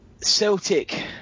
Celtic